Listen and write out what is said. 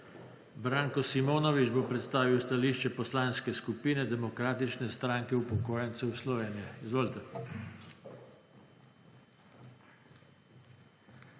Branko Simonovič bo predstavil stališče Poslanske skupine Demokratične stranke upokojencev Slovenije. Izvolite.